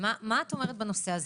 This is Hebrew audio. מה את אומרת בנושא הזה?